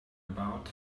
about